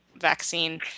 vaccine